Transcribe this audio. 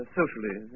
socially